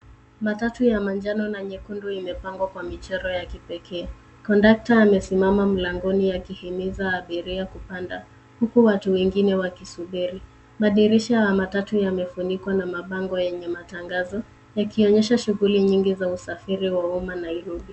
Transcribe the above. Matatu ya manjano na nyekundu imepambwa kwa michoro ya kipekee. Kondakta amesimama mlangoni akihiza abiria kupanda huku watu wengine wakisubiri. Madirisha ya matatu yamefunikwa na mabango yenye matangazo yakionyesha shughuli nyingi za usafiri wa umma Nairobi.